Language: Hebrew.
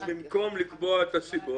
אז במקום לקבוע את הסיבות,